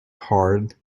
hard